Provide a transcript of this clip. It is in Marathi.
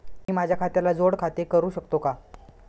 मी माझ्या खात्याला जोड खाते करू शकतो का?